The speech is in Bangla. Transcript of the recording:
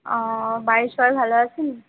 ও বাড়ির সবাই ভালো আছেন